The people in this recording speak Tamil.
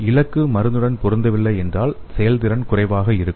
இலக்கு மருந்துடன் பொருந்தவில்லை என்றால் செயல்திறன் குறைவாக இருக்கும்